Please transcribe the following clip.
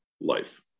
life